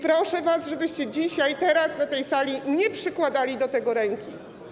Proszę was, żebyście dzisiaj, teraz, na tej sali nie przykładali do tego ręki.